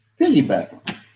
Piggyback